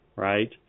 Right